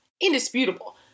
Indisputable